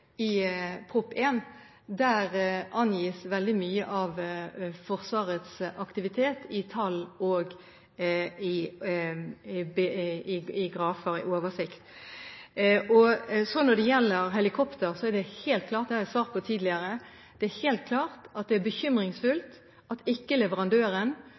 i Prop. 1 S for 2012–2013. Der angis veldig mye av Forsvarets aktivitet i en oversikt i tall og grafer. Når det gjelder helikoptre, er det helt klart – det har jeg svart på tidligere – at det er bekymringsfullt at ikke leverandøren har klart